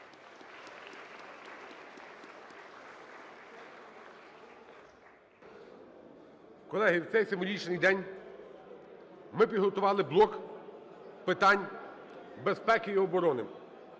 Колеги, у цей символічний день ми підготували блок питань безпеки і оборони.